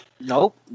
Nope